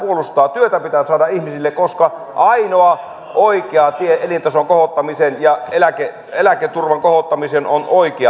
työtä pitää saada ihmisille koska ainoa oikea tie elintason kohottamiseen ja eläketurvan kohottamiseen on oikea työ